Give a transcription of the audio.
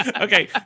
Okay